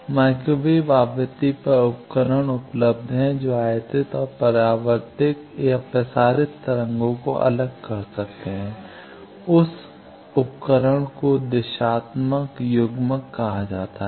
micro wave आवृत्ति पर उपकरण उपलब्ध हैं जो आयातित और परावर्तित या प्रसारित तरंगों को अलग कर सकते हैं उस उपकरण को दिशात्मक युग्मक कहा जाता है